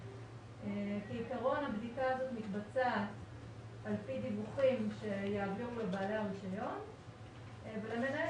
בעיקרון הבדיקה הזאת מתבצעת על פי דיווחים שיעבירו בעלי הרישיון ולמנהל